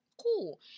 Cool